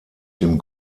dem